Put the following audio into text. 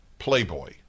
Playboy